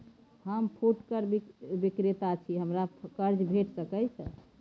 हम फुटकर विक्रेता छी, हमरा कर्ज भेट सकै ये?